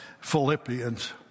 Philippians